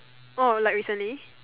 orh like recently